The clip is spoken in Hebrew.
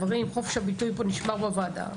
חופש הביטוי נשמר בוועדה.